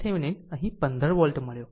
VThevenin અહીં 15 volt મળ્યો